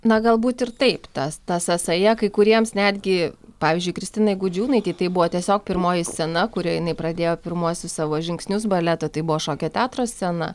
na galbūt ir taip tas ta sąsaja kai kuriems netgi pavyzdžiui kristinai gudžiūnaitei tai buvo tiesiog pirmoji scena kurioj jinai pradėjo pirmuosius savo žingsnius baleto tai buvo šokio teatro scena